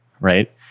right